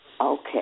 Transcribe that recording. Okay